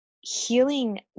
healing